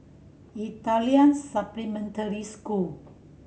Italian Supplementary School